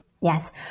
Yes